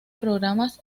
programas